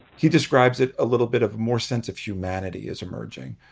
he describes it a little bit of more sense of humanity is emerging.